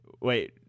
wait